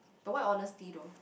but why honesty tough